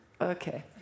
Okay